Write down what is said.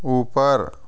ऊपर